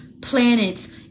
planets